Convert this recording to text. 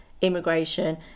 immigration